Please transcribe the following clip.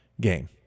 game